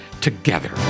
together